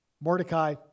Mordecai